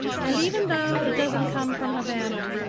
and even though it doesn't come from havana,